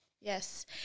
Yes